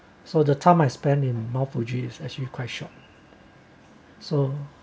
so the time I spend in mount fujiV is actually quite short so